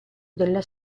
della